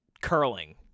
curling